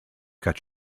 got